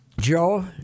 Joe